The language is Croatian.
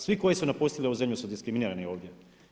Svi koji su napustili ovu zemlju su diskriminirani ovdje.